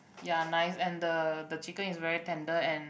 ya nice and the the chicken is very tender and